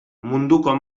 munduko